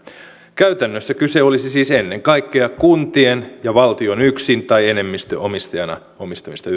käytännössä kyse olisi siis ennen kaikkea kuntien ja valtion yksin tai enemmistöomistajana omistamista